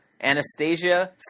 Anastasia